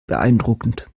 beeindruckend